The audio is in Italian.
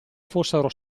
fossero